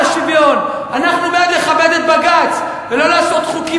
אנחנו בעד לכבד את בג"ץ ולא לעשות חוקים